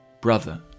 brother